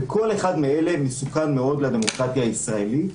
כל אחד מאלה מסוכן מאוד לדמוקרטיה הישראלית.